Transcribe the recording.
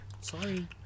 Sorry